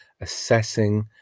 assessing